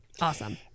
awesome